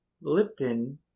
Lipton